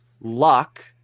luck